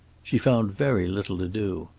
she found very little to do.